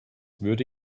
würde